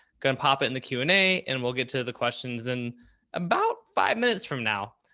go and pop it in the q and a, and we'll get to the questions. and about five minutes from now,